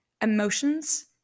emotions